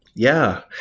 yeah,